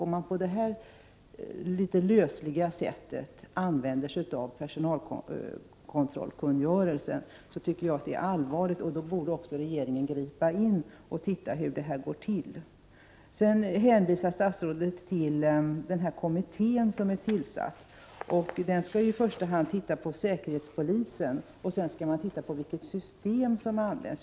Om man på detta litet lösliga sätt använder sig av personalkontrollkungörelsen, tycker jag att det är allvarligt. Då borde regeringen ingripa och undersöka hur det hela går till. Sedan hänvisade statsrådet till den kommitté som är tillsatt. Den skall i första hand se på säkerhetspolisen och på vilket system som används.